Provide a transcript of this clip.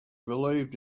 believed